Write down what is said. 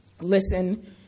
listen